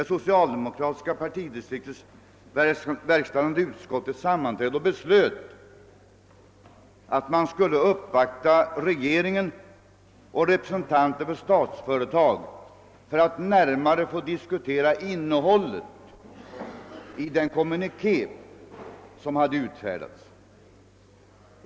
striktets verkställande utskott ett sammanträde och beslöt uppvakta regeringen och representanter för Statsföretag för att närmare diskutera innehållet i den kommuniké som hade utfärdats.